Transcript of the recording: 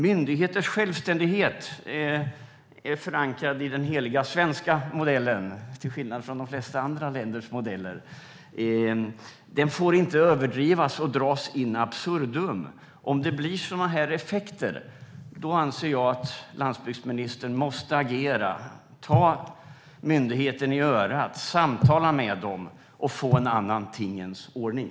Myndigheters självständighet är förankrad i den heliga svenska modellen, till skillnad från i de flesta andra länders modeller. Den får inte överdrivas och dras in absurdum. Om det blir sådana här effekter anser jag att landsbygdsministern måste agera - ta myndigheten i örat, samtala med den och få en annan tingens ordning.